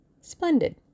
Splendid